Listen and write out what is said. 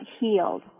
healed